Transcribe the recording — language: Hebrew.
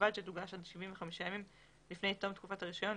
ובלבד שתוגש עד 75 ימים לפני תחום תקופת הרישיון,